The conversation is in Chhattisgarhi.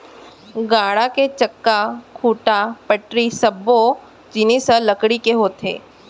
गाड़ा के चक्का, खूंटा, पटरी सब्बो जिनिस ह लकड़ी के होथे